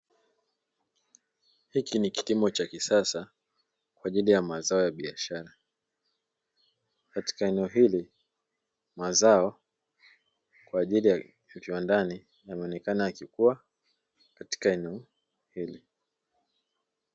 Hiki ni kilimo cha kisasa kwa ajili ya mazao ya biashara. Katika eneo hili mazao kwa ajili ya kiwandani yanaonekana yakikua katika eneo hili.